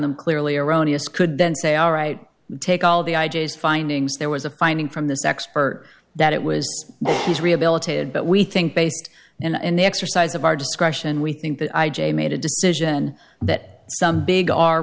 them clearly erroneous could then say all right take all the ideas findings there was a finding from this expert that it was he's rehabilitated but we think based in the exercise of our discretion we think the i j a made a decision that some big our